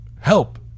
help